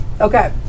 Okay